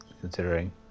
considering